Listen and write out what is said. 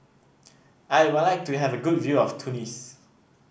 I would like to have a good view of Tunis